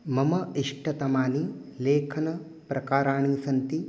मम इष्टतमानि लेखनप्रकाराणि सन्ति